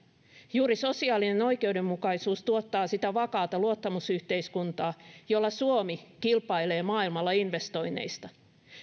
juuri sosiaalinen oikeudenmukaisuus tuottaa sitä vakaata luottamusyhteiskuntaa jolla suomi kilpailee maailmalla investoinneista